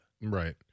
right